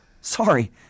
Sorry